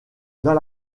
dans